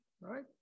Right